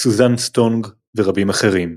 סוזן סונטג ורבים אחרים.